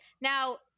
Now